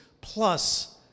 plus